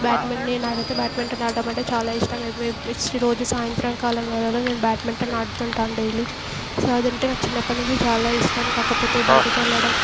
బ్యాడ్మిం నే నాకయితే బ్యాడ్మింటన్ ఆడటం అంటే చాలా ఇష్టం రోజు సాయంత్రం కాలం వేళలో నేను బ్యాడ్మింటన్ ఆడుతుంటాను డైలీ సో అదంటే చిన్నప్పటినుంచి నాకు చాలా ఇష్టం కాకపోతే బయటకెళ్ళడం